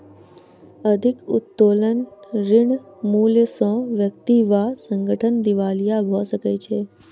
अधिक उत्तोलन ऋण मूल्य सॅ व्यक्ति वा संगठन दिवालिया भ सकै छै